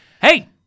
hey